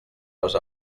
les